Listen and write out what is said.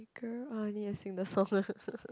girl I need to sing the song